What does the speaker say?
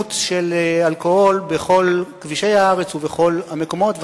ובזמינות של אלכוהול בכל כבישי הארץ ובכל המקומות.